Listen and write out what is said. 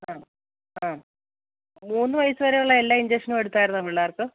ആ ആ മൂന്നു വയസു വരെയുള്ള എല്ലാ ഇഞ്ചക്ഷനും എടുത്തായിരുന്നോ പിള്ളേർക്ക്